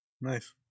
Nice